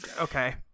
Okay